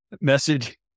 message